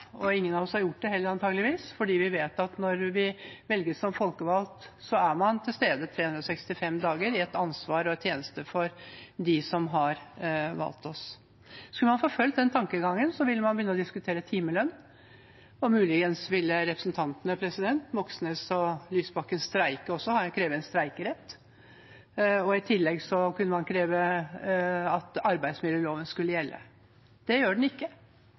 og antageligvis har ingen av oss gjort det. For vi vet at når man velges som folkevalgt, er man til stede 365 dager i året, med ansvar og i tjeneste for dem som har valgt oss. Skulle man forfulgt den tankegangen, ville man begynne å diskutere timelønn, og muligens ville representantene Moxnes og Lysbakken også kreve streikerett. I tillegg kunne man kreve at arbeidsmiljøloven skulle gjelde. Det gjør den ikke.